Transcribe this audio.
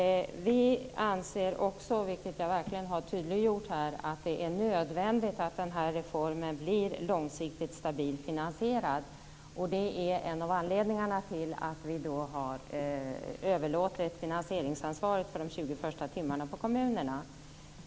Vi anser också, vilket jag verkligen har tydliggjort här, att det är nödvändigt att den här reformen blir långsiktigt stabilt finansierad. Det är en av anledningarna till att vi har överlåtit finansieringsansvaret för de 20 första timmarna på kommunerna.